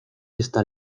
está